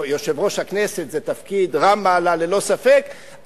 יושב-ראש הכנסת זה תפקיד רם מעלה ללא ספק,